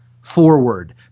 forward